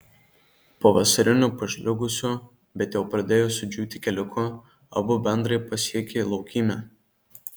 pavasariniu pažliugusiu bet jau pradėjusiu džiūti keliuku abu bendrai pasiekė laukymę